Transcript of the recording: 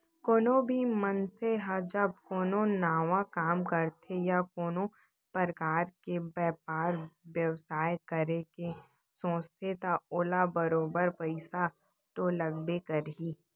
कोनो भी मनसे ह जब कोनो नवा काम करथे या कोनो परकार के बयपार बेवसाय करे के सोचथे त ओला बरोबर पइसा तो लागबे करही